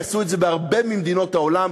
עשו את זה בהרבה ממדינות העולם,